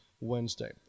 Wednesday